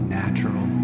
natural